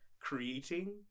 creating